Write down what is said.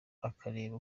akareba